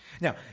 Now